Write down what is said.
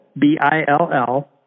B-I-L-L